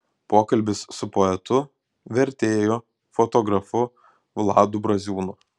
pokalbis su poetu vertėju fotografu vladu braziūnu